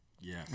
Yes